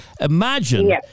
imagine